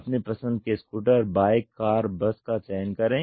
अपनी पसंद के स्कूटर बाइक कार बस का चयन करे